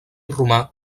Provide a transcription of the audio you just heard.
romà